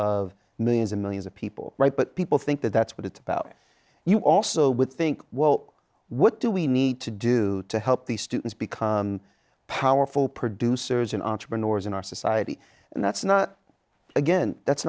of millions and millions of people right but people think that that's what it's about you also would think well what do we need to do to help these students become powerful producers and entrepreneurs in our society and that's not again that's